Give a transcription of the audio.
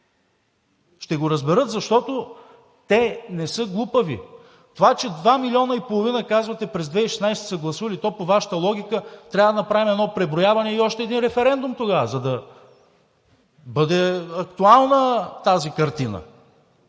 Ще го разберат, защото те не са глупави. Това че 2,5 милиона казвате през 2016 г. са гласували, то по Вашата логика трябва да направим едно преброяване и още един референдум тогава, за да бъде актуална тази картина,